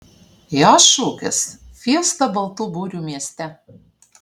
jos šūkis fiesta baltų burių mieste